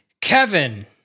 Kevin